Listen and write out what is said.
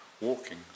walking